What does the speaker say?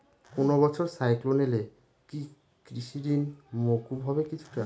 কোনো বছর সাইক্লোন এলে কি কৃষি ঋণ মকুব হবে কিছুটা?